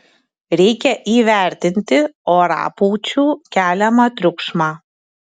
reikia įvertinti orapūčių keliamą triukšmą